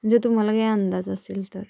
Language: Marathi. जे तुम्हाला काय अंदाज असेल तर